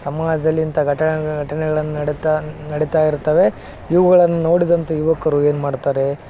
ಸಮಾಜದಲ್ಲಿ ಇಂಥ ಘಟನೆಗಳು ಘಟನೆಗಳನ್ನು ನಡಿತಾ ನಡಿತಾ ಇರ್ತವೆ ಇವುಗಳನ್ನು ನೋಡಿದಂತ ಯುವಕರು ಏನು ಮಾಡ್ತಾರೆ